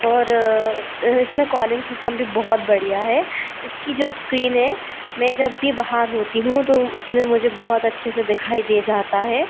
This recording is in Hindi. और इस में कॉलिंग सिस्टम भी बहुत बढ़िया है इसकी जो स्क्रीन है मैं जब भी बाहर होती हूँ तो उस में मुझे बहुत अच्छे से दिखाई दिए जाता है